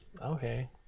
Okay